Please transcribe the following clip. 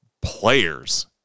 players